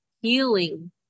healing